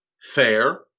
Fair